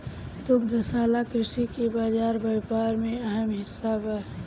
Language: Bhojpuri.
दुग्धशाला कृषि के बाजार व्यापार में अहम हिस्सा बा